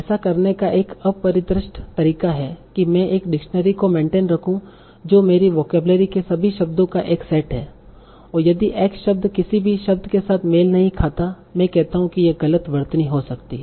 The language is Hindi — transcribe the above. ऐसा करने का एक अपरिष्कृत तरीका है कि मैं एक डिक्शनरी को मेन्टेन रखूं जो मेरी वोकेबलरी के सभी शब्दों का एक सेट है और यदि x शब्द किसी भी शब्द के साथ मेल नहीं खाता है मैं कहता हूं कि यह गलत वर्तनी हो सकती है